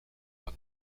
man